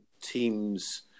teams